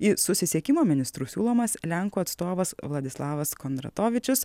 į susisiekimo ministrus siūlomas lenkų atstovas vladislavas kondratovičius